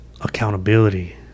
accountability